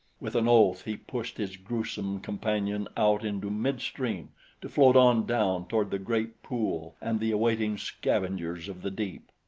with an oath he pushed his gruesome companion out into mid-stream to float on down toward the great pool and the awaiting scavengers of the deep.